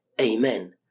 Amen